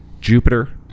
jupiter